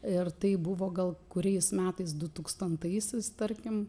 ir tai buvo gal kuriais metais du tūkstantaisiais tarkim